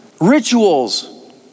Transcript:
rituals